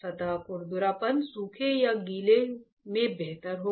सतह खुरदरापन सूखे या गीले में बेहतर होगा